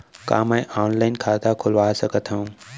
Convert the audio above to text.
का मैं ऑनलाइन खाता खोलवा सकथव?